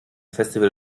festival